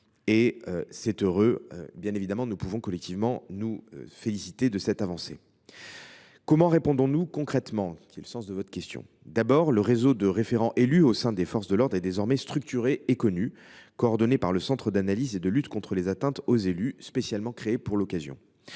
: c’est heureux, et nous pouvons collectivement nous en féliciter. Comment répondons nous concrètement à ces violences ? Tout d’abord, le réseau de référents élus au sein des forces de l’ordre est désormais structuré et connu, coordonné par le centre d’analyse et de lutte contre les atteintes aux élus, spécialement créé pour l’occasion.